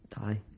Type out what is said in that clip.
die